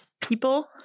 people